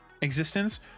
existence